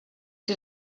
die